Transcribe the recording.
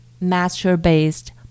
master-based